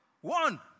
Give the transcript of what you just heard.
one